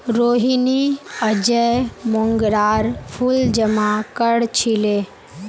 रोहिनी अयेज मोंगरार फूल जमा कर छीले